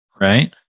right